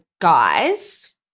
guys